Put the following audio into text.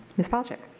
ms. palchik.